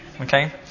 Okay